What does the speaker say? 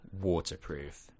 waterproof